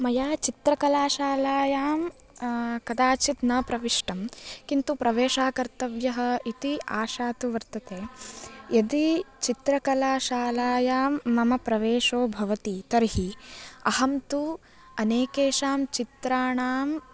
मया चित्रकलाशालायां कदाचित् न प्रविष्टं किन्तु प्रवेशः कर्तव्यः इति आशा तु वर्तते यदि चित्रकलाशालायां मम प्रवेशो भवति तर्हि अहं तु अनेकेषां चित्राणां